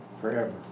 forever